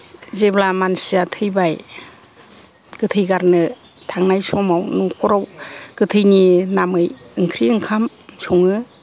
जेब्ला मानसिया थैबाय गोथै गारनो थांनाय समाव नखराव गोथैनि नामै इंख्रि ओंखाम सङो